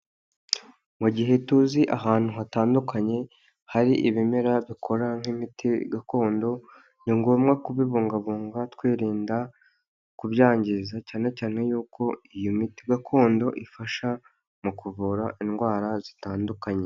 Mu gihe tuzi ahantu hatandukanye hari ibimera dukora nk'imiti gakondo ni ngombwa kubibungabunga twirinda kubyangiza cyane cyane y'uko iyo miti gakondo ifasha mu kuvura indwara zitandukanye.